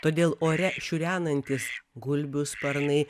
todėl ore šiurenantys gulbių sparnai